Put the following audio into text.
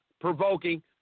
provoking